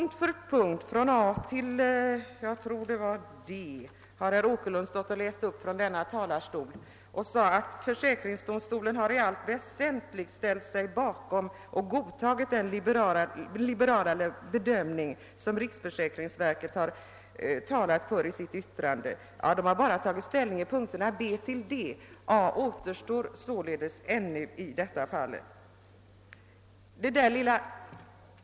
Herr Åkerlind läste upp ett antal punkter från a) till d) och sade att försäkringsdomstolen i allt väsentligt har godtagit den liberalare bedömning som riksförsäkringsverket i sitt yttrande har talat för. Försäkringsdomstolen har emellertid bara tagit ställning till punkterna b)—d) ; punkten a) återstår således.